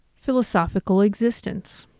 philosophical existence.